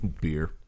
Beer